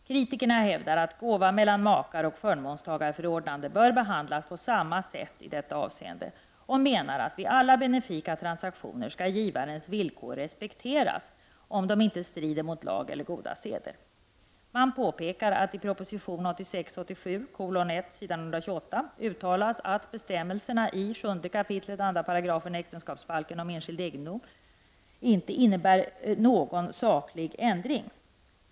Kritikerna hävdar att gåva mellan makar och förmånstagarförordnande bör behandlas på samma sätt i detta avseende och menar att vid alla benifika transaktioner skall givarens villkor respekteras, om de inte strider mot lag eller goda seder. Man påpekar att det i proposition 1986/87:1, s.128, uttalas att bestämmelserna i 7 kap. 2§ äktenskapsbalken om enskild egendom inte innebär någon saklig ändring.